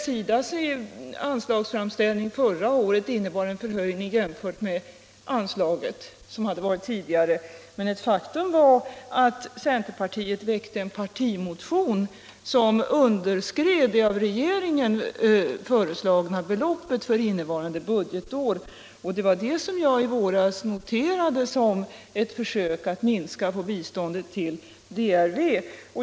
SIDA:s anslagsframställning förra året innebar en förhöjning jämfört med det tidigare anslaget. Men ett faktum var att centerpartiet väckte en partimotion som underskred det av regeringen föreslagna beloppet för innevarande budgetår, och det var det som jag i våras noterade som ett försök att minska biståndet till DRV.